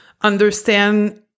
understand